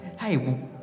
Hey